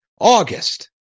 August